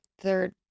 third